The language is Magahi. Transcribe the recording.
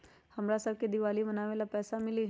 हमरा शव के दिवाली मनावेला पैसा मिली?